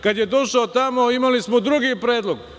Kada je došao tamo imali smo drugi predlog.